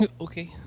Okay